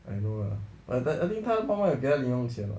I know lah but I think 他他有零用钱吗